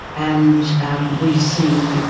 and we see